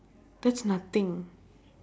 that's nothing